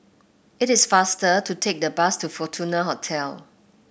it is faster to take the bus to Fortuna Hotel